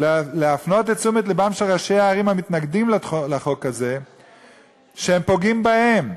להפנות את תשומת לבם של ראשי הערים המתנגדים לחוק הזה שהם פוגעים בהם.